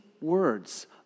words